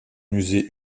musée